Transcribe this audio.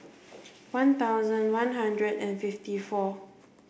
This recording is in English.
one thousand one hundred and fifty four